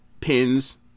pins